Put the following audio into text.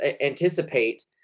anticipate